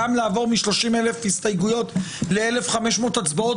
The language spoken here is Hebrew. גם לעבור מ-30,000 הסתייגויות ל-1,500 הצבעות,